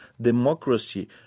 Democracy